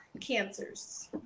cancers